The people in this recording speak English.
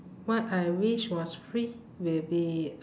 what I wish was free will be